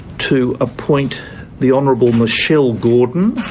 to appoint the honourable michelle gordon,